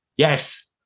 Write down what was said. Yes